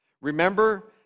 Remember